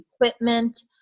equipment